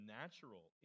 natural